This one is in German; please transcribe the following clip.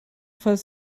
falls